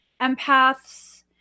empaths